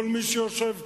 כל מי שיושב כאן.